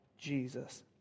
Jesus